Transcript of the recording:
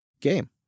game